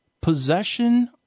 possession